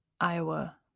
Iowa